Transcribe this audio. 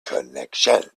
connection